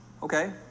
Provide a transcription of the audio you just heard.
Okay